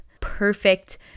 perfect